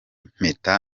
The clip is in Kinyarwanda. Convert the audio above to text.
mpeta